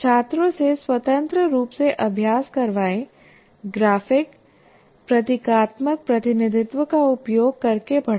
छात्रों से स्वतंत्र रूप से अभ्यास करवाएं ग्राफिकप्रतीकात्मक प्रतिनिधित्व का उपयोग करके पढ़ाएं